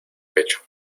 pecho